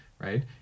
right